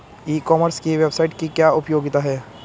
ई commerce की website की क्या उपयोगिता है?